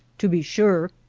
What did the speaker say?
to be sure,